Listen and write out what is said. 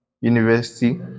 University